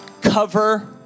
Cover